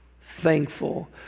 thankful